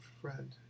friend